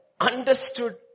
understood